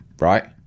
...right